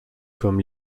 comme